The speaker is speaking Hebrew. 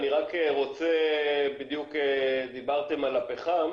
בדיוק דיברתם על הפחם,